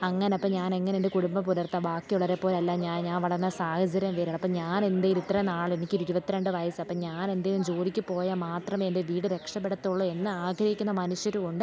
അങ്ങനപ്പം ഞാനെങ്ങനെയെൻ്റെ കുടുംബം പുലർത്തും ബാക്കി ഉള്ളവരെ പോലെ അല്ല ഞാൻ ഞാൻ വളർന്ന സാഹചര്യം വേറെയാണ് അപ്പം ഞാനെന്തെങ്കിലും ഇത്ര നാളും എനിക്ക് ഇരുപത്തി രണ്ട് വയസ്സുണ്ട് അപ്പം ഞാനെന്തെങ്കിലും ജോലിക്കു പോയ മാത്രമേ എൻ്റെ വീട് രക്ഷപ്പെടത്തുള്ളൂ എന്നാഗ്രഹിക്കുന്ന മനുഷ്യരും ഉണ്ട്